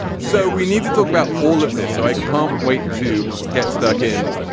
so we need to talk about all of this so i can't wait to get stuck in.